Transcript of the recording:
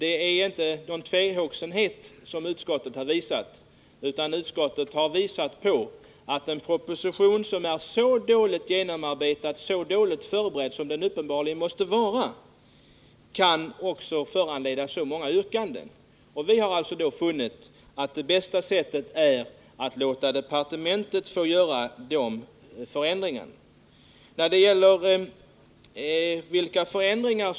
En proposition som föranleder så många yrkanden måste uppenbarligen vara dåligt förberedd och dåligt genomarbetad. Vi har funnit att det bästa är att låta departementet göra de förändringar som behövs. Det är inte uttryck för någon tvehågsenhet.